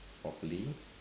properly